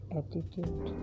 attitude